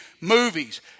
movies